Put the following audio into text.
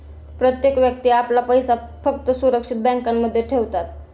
प्रत्येक व्यक्ती आपला पैसा फक्त सुरक्षित बँकांमध्ये ठेवतात